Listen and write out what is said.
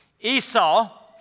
Esau